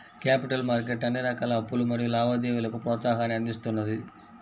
capital market అన్ని రకాల అప్పులు మరియు లావాదేవీలకు ప్రోత్సాహాన్ని అందిస్తున్నది